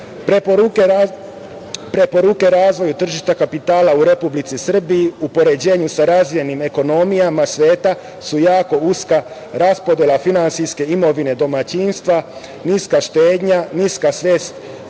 šokove. Preporuke razvoju tržišta kapitala u Republici Srbiji u poređenju sa razvijenim ekonomijama sveta su jako uska, raspodela finansijske imovine domaćinstva, niska štednja, niska svest